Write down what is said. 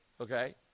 Okay